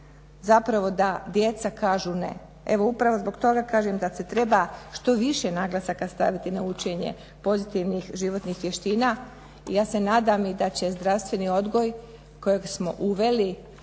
odgajati da djeca kažu ne. Evo upravo zbog toga kažem da se treba što više naglasaka staviti na učenje pozitivnih životnih vještina i ja se nadam da će zdravstveni odgoj kojeg smo uveli